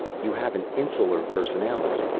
you have an insular personality.